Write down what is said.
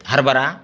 हरभरा